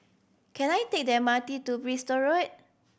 can I take the M R T to Bristol Road